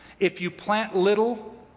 if you plant little,